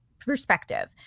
perspective